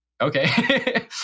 okay